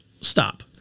stop